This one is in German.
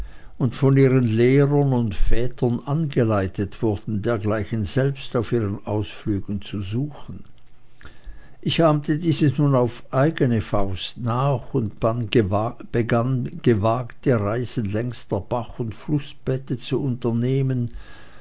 und von ihren lehrern und vätern angeleitet wurden dergleichen selbst auf ihren ausflügen zu suchen ich ahmte dieses nun auf eigene faust nach und begann gewagte reisen längs der bach und flußbette zu unternehmen